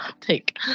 take